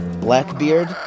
Blackbeard